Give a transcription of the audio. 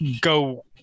go